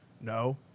No